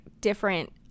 different